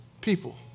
people